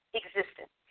existence